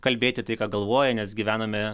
kalbėti tai ką galvoja nes gyvename